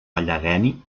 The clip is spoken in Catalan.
allegheny